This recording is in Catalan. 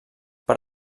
per